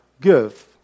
give